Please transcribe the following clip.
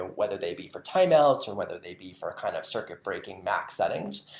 ah whether they'd be for timeouts, or whether they'd be for kind of circuit breaking max settings.